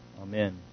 Amen